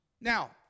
Now